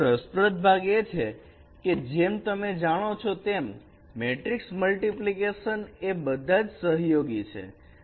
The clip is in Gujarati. પરંતુ રસપ્રદ ભાગ એ છે કે જેમ તમે જાણો છો તેમ મેટ્રિક્સ મલ્ટીપ્લિકેશન તે બધા જ સહયોગી છે